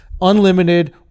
unlimited